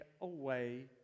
away